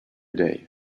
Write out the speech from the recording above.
day